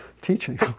teaching